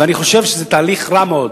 ואני חושב שזה תהליך רע מאוד.